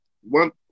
one